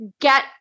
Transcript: get